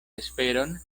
esperon